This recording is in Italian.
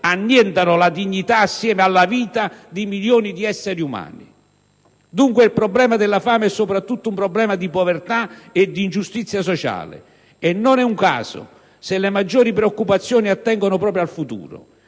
annientano la dignità, assieme alla vita, di milioni di esseri umani. Dunque, il problema della fame è soprattutto un problema di povertà e di ingiustizia sociale. E non è un caso se le maggiori preoccupazioni attengono proprio al futuro.